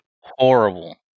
Horrible